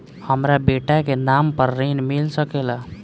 हमरा बेटा के नाम पर ऋण मिल सकेला?